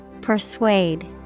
Persuade